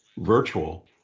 virtual